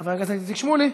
חבר הכנסת איציק שמולי,